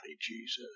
Jesus